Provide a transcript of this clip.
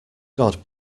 god